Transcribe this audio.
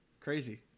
Crazy